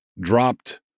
dropped